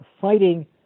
fighting